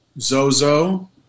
Zozo